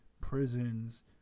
prisons